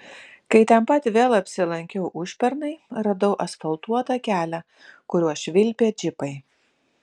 kai ten pat vėl apsilankiau užpernai radau asfaltuotą kelią kuriuo švilpė džipai